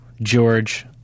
George